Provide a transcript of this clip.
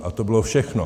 A to bylo všechno.